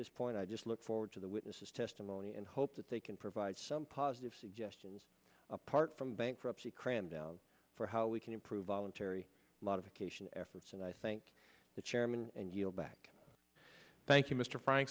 this point i just look forward to the witness's testimony and hope that they can provide some positive suggestions apart from bankruptcy cramdown for how we can improve on terry modification efforts and i thank the chairman and yield back thank you mr frank